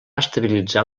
estabilitzar